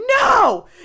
no